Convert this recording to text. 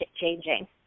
changing